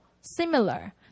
similar